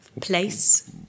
place